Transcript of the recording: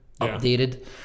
updated